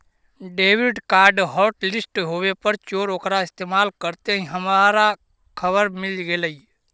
debit card hotlist होवे पर चोर ओकरा इस्तेमाल करते ही हमारा खबर मिल गेलई